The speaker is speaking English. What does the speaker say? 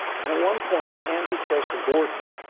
and at one point, andy says to gordon,